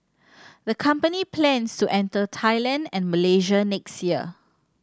the company plans to enter Thailand and Malaysia next year